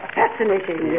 fascinating